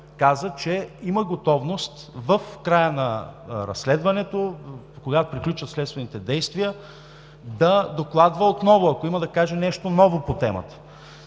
каза, че има готовност в края на разследването, когато приключат следствените действия, да докладва отново, ако има да каже нещо ново по темата.